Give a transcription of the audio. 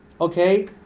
Okay